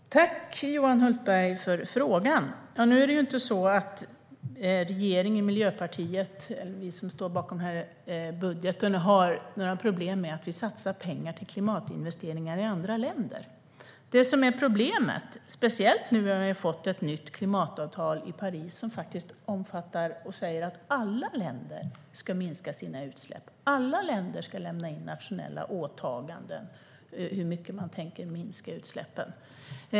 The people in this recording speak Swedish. Herr talman! Tack, Johan Hultberg, för frågan! Det är inte så att regeringen och Miljöpartiet, vi som står bakom budgeten, har några problem med att vi satsar pengar på klimatinvesteringar i andra länder. Problemet, speciellt nu när vi fått ett nytt klimatavtal i Paris, är att avtalet säger att alla länder ska minska sina utsläpp, lämna in nationella åtaganden om hur mycket de tänker minska utsläppen.